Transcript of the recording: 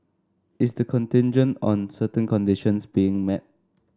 is the contingent on certain conditions being met